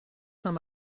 saint